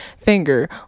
finger